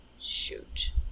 Shoot